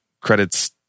credits